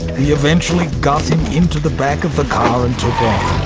we eventually got him into the back of the car and took off.